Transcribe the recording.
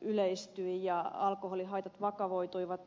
yleistyi ja alkoholihaitat vakavoituivat erikoissairaanhoidon kustannukset lisääntyivät